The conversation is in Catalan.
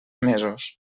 mesos